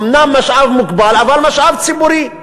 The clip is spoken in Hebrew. אומנם משאב מוגבל אבל משאב ציבורי,